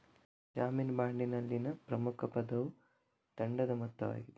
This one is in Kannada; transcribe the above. ಜಾಮೀನು ಬಾಂಡಿನಲ್ಲಿನ ಪ್ರಮುಖ ಪದವು ದಂಡದ ಮೊತ್ತವಾಗಿದೆ